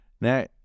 Now